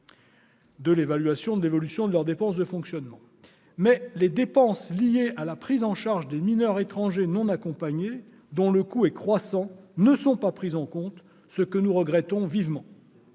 de l'évaluation de l'évolution de leurs dépenses de fonctionnement. Mais les dépenses liées à la prise en charge des mineurs étrangers non accompagnés, dont le coût est croissant, ne sont pas prises en compte, ce que nous regrettons vivement.